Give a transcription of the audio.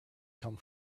come